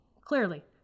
clearly